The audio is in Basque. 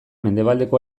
mendebaldeko